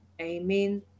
Amen